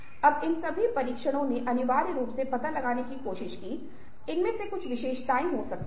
अब इन सभी परीक्षणों ने अनिवार्य रूप से पता लगाने की कोशिश की की इनमें से कुछ विशेषताएं हो सकती हैं